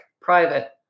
private